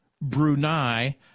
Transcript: Brunei